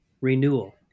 Renewal